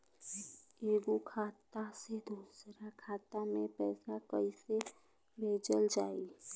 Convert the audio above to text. एगो खाता से दूसरा खाता मे पैसा कइसे भेजल जाई?